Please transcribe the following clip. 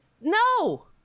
no